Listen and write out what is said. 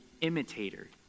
imitator